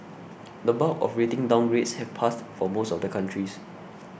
the bulk of rating downgrades have passed for most of the countries